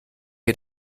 wir